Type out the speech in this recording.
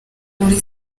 muri